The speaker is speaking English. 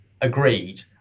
agreed